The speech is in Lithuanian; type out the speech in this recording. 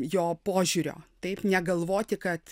jo požiūrio taip negalvoti kad